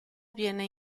viene